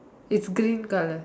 it's green colour